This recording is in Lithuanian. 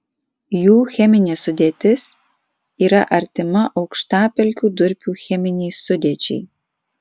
jų cheminė sudėtis yra artima aukštapelkių durpių cheminei sudėčiai